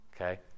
okay